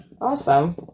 Awesome